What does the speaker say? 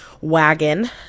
wagon